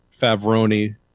Favroni